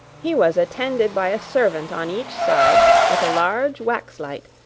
he was attended by a servant on each side with a large wax-light,